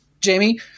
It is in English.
Jamie